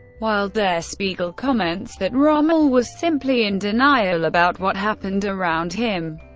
while der spiegel comments that rommel was simply in denial about what happened around him.